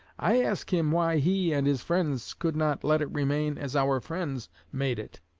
i ask him why he and his friends could not let it remain as our friends made it?